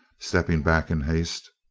stepping back in haste.